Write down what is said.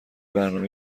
برنامه